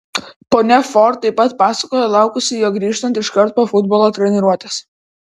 ponia ford taip pat pasakojo laukusi jo grįžtant iškart po futbolo treniruotės